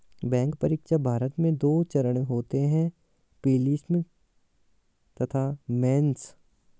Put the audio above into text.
bank परीक्षा, भारत में दो चरण होते हैं प्रीलिम्स तथा मेंस